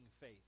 faith